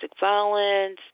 violence